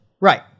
Right